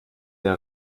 der